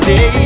Say